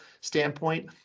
standpoint